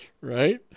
right